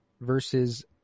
versus